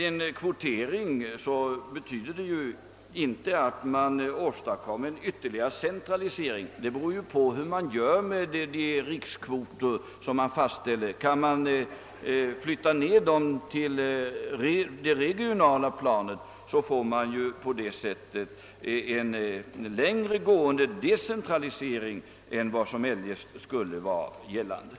En kvotering behöver inte innebära en ytterligare centralisering. Det beror på hur man förfar med de fastställda kvoterna. Kan man flytta ned dem till det regionala planet, så får vi en längre gående decentralisering än som eljest skulle ha varit fallet.